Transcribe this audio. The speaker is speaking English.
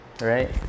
right